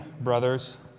brothers